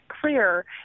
clear